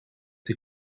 die